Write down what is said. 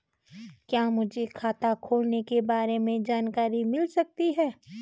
क्या मुझे खाते खोलने के बारे में जानकारी मिल सकती है?